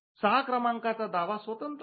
६ क्रमांकाचा दावा स्वतंत्र आहे